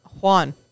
Juan